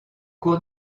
cours